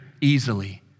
easily